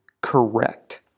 Correct